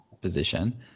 position